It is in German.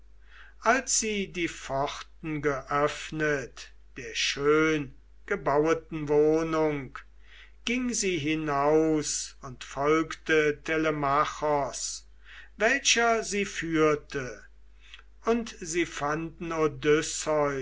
als sie die pforten geöffnet der schöngebaueten wohnung ging sie hinaus und folgte telemachos welcher sie führte und sie fanden